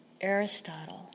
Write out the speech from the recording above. Aristotle